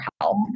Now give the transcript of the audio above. help